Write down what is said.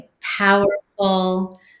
powerful